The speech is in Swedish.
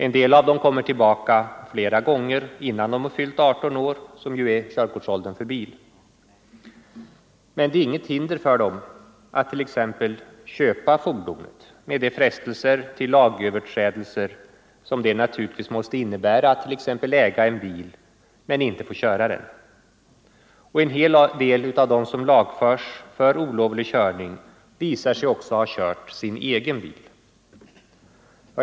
En del av dem kommer tillbaka flera gånger innan de har fyllt 18 år, som ju är körkortsåldern för bil. Men det är inget hinder för dem att t.ex. köpa fordonet, med de frestelser till lagöverträdelser som det naturligtvis måste innebära att äga en bil men inte få köra den. En hel del av dem som lagförs för olovlig körning visar sig också ha kört sin egen bil.